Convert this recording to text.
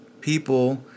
people